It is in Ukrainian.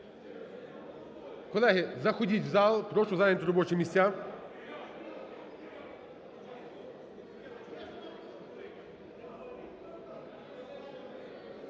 колеги, заходить в зал, прошу зайняти робочі місця.